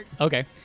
Okay